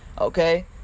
okay